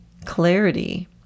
Clarity